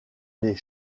les